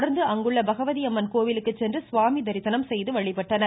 தொடா்ந்து அங்குள்ள பகவதி அம்மன் கோவிலுக்கு சென்று சுவாமி தரிசனம் செய்து வழிபட்டனர்